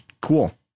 cool